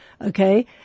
okay